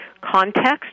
context